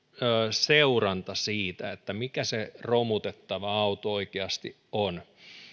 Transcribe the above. seuranta siitä mikä se romutettava auto oikeasti on